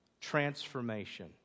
Transformation